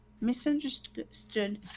misunderstood